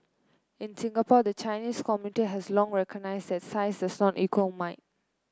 in Singapore the Chinese community has long recognised that size does not equal might